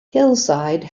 hillside